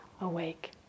awake